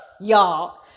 y'all